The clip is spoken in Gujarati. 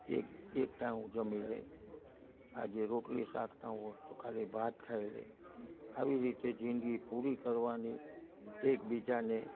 એક એક ટાણું જમી લઈ આજે રોટલી શાક ના હોય તો ખાલી ભાત ખાઈ લઈ આવી રીતે જિંદગી પૂરી કરવાની એકબીજાને